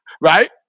Right